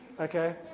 Okay